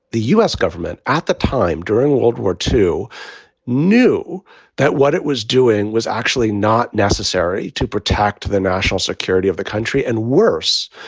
the u s. government at the time, during world war two knew that what it was doing was actually not necessary to protect the national security of the country. and worse,